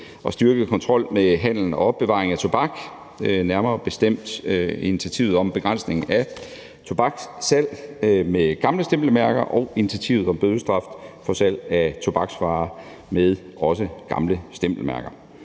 at styrke kontrol med handel og opbevaring af tobak, nærmere bestemt initiativet om begrænsning af tobakssalg med gamle stempelmærker og initiativet om bødestraf for salg af tobaksvarer med gamle stempelmærker.